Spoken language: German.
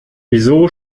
wieso